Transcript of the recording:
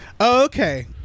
Okay